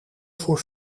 voor